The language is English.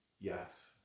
Yes